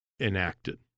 enacted